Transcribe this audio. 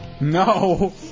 No